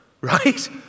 right